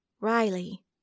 Riley